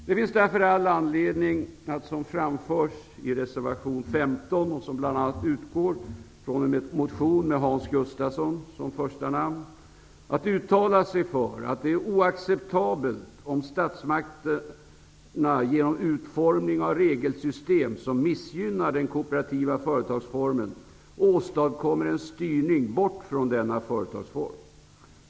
Det finns därför all anledning att som framförs i reservation 15, vilken utgår bl.a. från en motion med Hans Gustafsson som första namn, uttala att det är oacceptabelt att statsmakterna genom utformning av regelsystem som missgynnar den kooperativa företagsformen åstadkommer en styrning bort från denna företagsform.